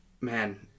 man